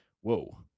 whoa